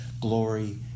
Glory